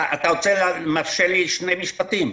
אתה מרשה לי שני משפטים?